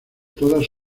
todas